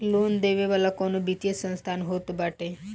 loan देवे वाला कवनो वित्तीय संस्थान होत बाटे